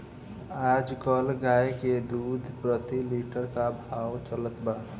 आज कल गाय के दूध प्रति लीटर का भाव चलत बा?